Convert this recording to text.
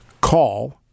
call